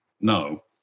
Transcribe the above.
No